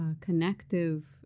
connective